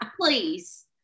please